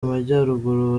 amajyaruguru